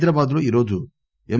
హైదరాబాద్ లో ఈరోజు ఎం